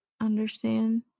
understand